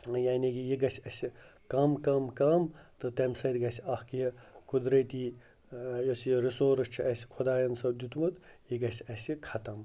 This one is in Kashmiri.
یعنی کہِ یہِ گژھِ اَسہِ کَم کَم کَم تہٕ تَمہِ سۭتۍ گژھِ اَکھ یہِ قُدرٔتی یۄس یہِ رِسورٕس چھِ اَسہِ خۄدایَن دیُتمُت یہِ گژھِ اَسہِ ختم